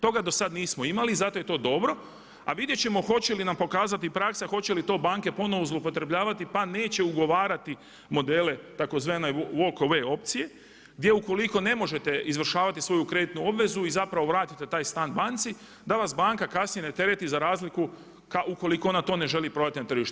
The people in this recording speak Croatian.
Toga do sad nismo imali i zato je to dobro, a vidjet ćemo hoće li nam pokazati praksa, hoće li to banke ponovno zloupotrebljavati pa neće ugovarati modele tzv. walk away opcije gdje ukoliko ne možete izvršavati svoju kreditnu obvezu i zapravo vratite taj stan banci, da vas banka kasnije ne tereti za razliku ukoliko ona to ne želi prodati na tržištu.